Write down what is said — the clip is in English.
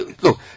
look